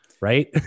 right